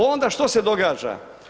Onda što se događa?